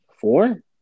Four